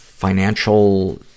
financial